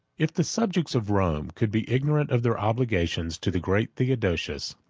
if the subjects of rome could be ignorant of their obligations to the great theodosius,